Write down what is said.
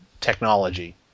technology